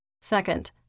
Second